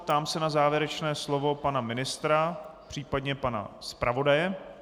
Ptám se na závěrečné slovo pana ministra, případně pana zpravodaje.